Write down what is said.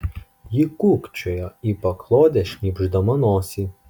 ji kūkčiojo į paklodę šnypšdama nosį